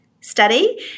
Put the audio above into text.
Study